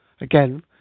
again